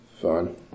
fun